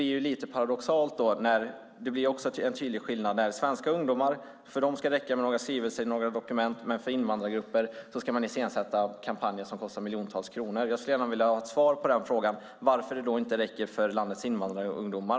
Det blir en tydlig skillnad här. För svenska ungdomar ska det räcka med några skrivningar i några dokument, men för invandrargrupper ska man iscensätta kampanjer som kostar miljontals kronor. Jag skulle gärna vilja ha ett svar på den här frågan: Varför räcker det inte med de här dokumenten för landets invandrarungdomar?